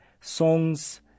songs